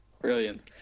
Brilliant